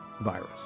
virus